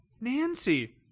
Nancy